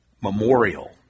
memorial